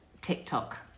TikTok